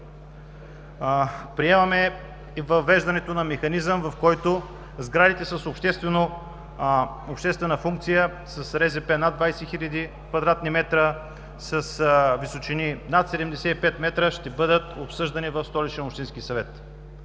Приемаме и въвеждането на механизъм, в който сградите с обществена функция с РЗП над 20 хиляди кв. м, с височини над 75 м, ще бъдат обсъждани в Столичен общински съвет.